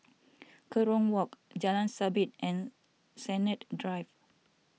Kerong Walk Jalan Sabit and Sennett Drive